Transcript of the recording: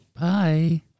Bye